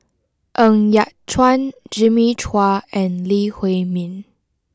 Ng Yat Chuan Jimmy Chua and Lee Huei Min